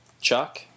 Chuck